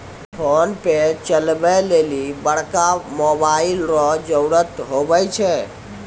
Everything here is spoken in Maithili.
फोनपे चलबै लेली बड़का मोबाइल रो जरुरत हुवै छै